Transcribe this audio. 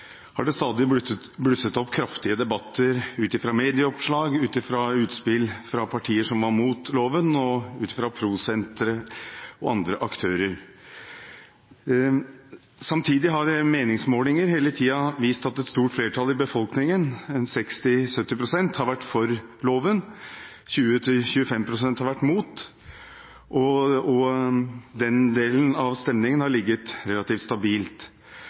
har det stadig blusset opp kraftige debatter ut fra medieoppslag, utspill fra partier som var mot loven, og fra Pro Sentret og andre aktører. Samtidig har meningsmålinger hele tiden vist at et stort flertall i befolkningen, 60–70 pst, har vært for loven, 20–25 pst. har vært mot, og den delen av stemningen har ligget relativt